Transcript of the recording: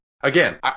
again